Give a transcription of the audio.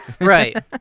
Right